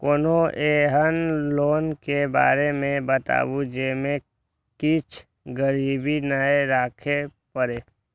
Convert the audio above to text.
कोनो एहन लोन के बारे मे बताबु जे मे किछ गीरबी नय राखे परे?